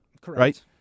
Correct